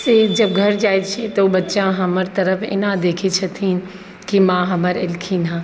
से जब घर जाइ छिए तऽ ओ बच्चा हमर तरफ एना देखै छथिन कि माँ हमर एलखिन हेँ